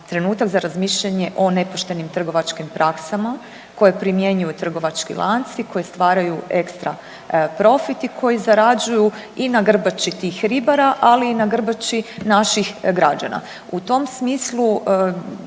trenutak za razmišljanje o nepoštenim trgovačkim praksama koje primjenjuju trgovački lanci koji stvaraju ekstra profit i koji zarađuju i na grbači tih ribara, ali i na grbači naših građana. U tom smislu